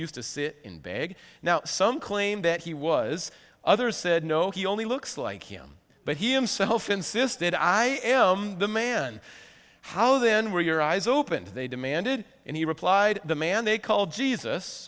used to sit in bag now some claim that he was others said no he only looks like him but he himself insisted i am the man how then were your eyes opened they demanded and he replied the man they call jesus